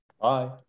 Bye